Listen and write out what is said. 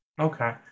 Okay